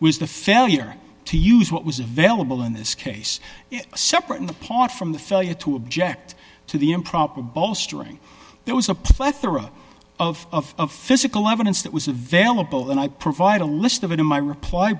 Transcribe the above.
was the failure to use what was available in this case separate and apart from the failure to object to the improper bolstering there was a plethora of physical evidence that was a valuable and i provided a list of it in my reply